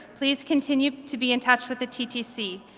please continue to be in touch with the ttc.